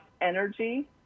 energy